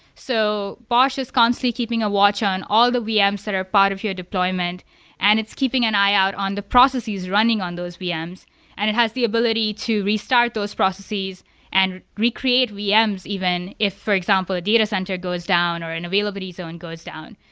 so bosh is constantly keeping a watch on all the ah vms that are part of your deployment and it's keeping an eye out on the processes running on those vms and it has the ability to restart those processes and recreate ah vms even if, for example, a data center goes down or an availability zone goes down.